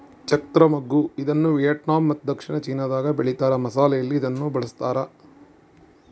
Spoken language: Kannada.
ಚಕ್ತ್ರ ಮಗ್ಗು ಇದನ್ನುವಿಯೆಟ್ನಾಮ್ ಮತ್ತು ದಕ್ಷಿಣ ಚೀನಾದಾಗ ಬೆಳೀತಾರ ಮಸಾಲೆಯಲ್ಲಿ ಇದನ್ನು ಬಳಸ್ತಾರ